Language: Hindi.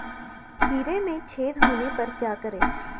खीरे में छेद होने पर क्या करें?